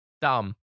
dumb